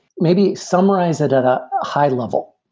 maybe summarize it at a high level.